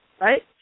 right